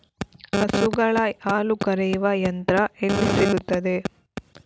ಹಸುಗಳ ಹಾಲು ಕರೆಯುವ ಯಂತ್ರ ಎಲ್ಲಿ ಸಿಗುತ್ತದೆ?